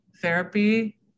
therapy